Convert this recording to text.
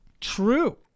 True